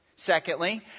Secondly